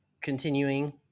continuing